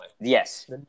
Yes